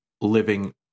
living